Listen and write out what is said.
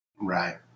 Right